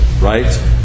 right